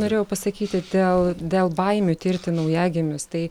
norėjau pasakyti dėl dėl baimių tirti naujagimius tai